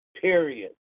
period